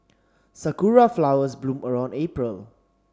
Sakura flowers bloom around April